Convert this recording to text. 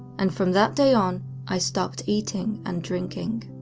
and from that day on i stopped eating and drinking.